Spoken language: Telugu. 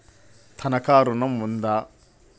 తనఖా ఋణం ఉందా?